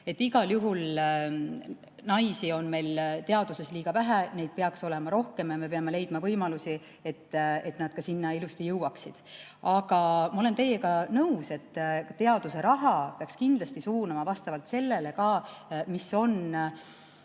Igal juhul naisi on meil teaduses liiga vähe, neid peaks olema rohkem ja me peame leidma võimalusi, et nad ka sinna ilusti jõuaksid. Aga ma olen teiega nõus, et teaduse raha peaks kindlasti suunama ka vastavalt sellele, mis on